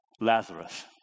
Lazarus